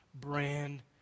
brand